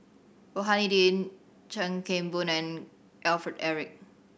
Rohani Din Chuan Keng Boon and Alfred Eric